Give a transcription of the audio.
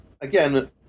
again